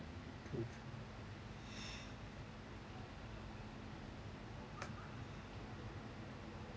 food